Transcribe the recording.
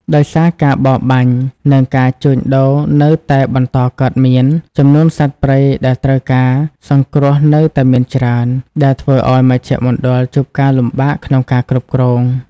ដោយសារការបរបាញ់ និងការជួញដូរនៅតែបន្តកើតមាន ចំនួនសត្វព្រៃដែលត្រូវការសង្គ្រោះនៅតែមានច្រើន ដែលធ្វើឱ្យមជ្ឈមណ្ឌលជួបការលំបាកក្នុងការគ្រប់គ្រង។